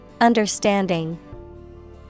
Understanding